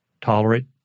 tolerate